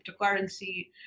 cryptocurrency